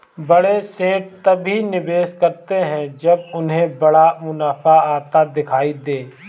बड़े सेठ तभी निवेश करते हैं जब उन्हें बड़ा मुनाफा आता दिखाई दे